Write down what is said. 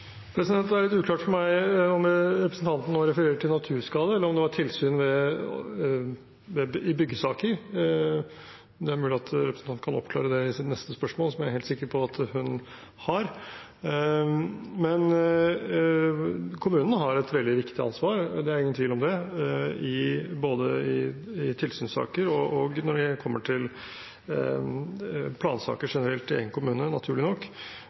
Det er litt uklart for meg om representanten Andersen nå refererer til naturskader, eller om det var tilsyn i byggesaker. Det er mulig representanten kan oppklare det i sitt neste spørsmål, som jeg er helt sikker på at hun har. Kommunene har et veldig viktig ansvar. Det er ingen tvil om det – både i tilsynssaker og når det gjelder plansaker generelt i en kommune, naturlig nok.